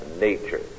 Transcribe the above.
nature